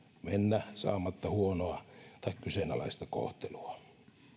mennä saamatta huonoa tai kyseenalaista kohtelua